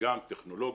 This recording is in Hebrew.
גם טכנולוגית,